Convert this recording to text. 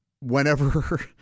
whenever